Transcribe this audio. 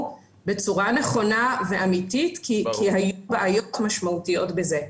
בצורה נכונה ואמיתית כי היו בעיות משמעותיות בזה.